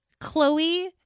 Chloe